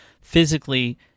physically